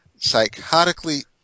psychotically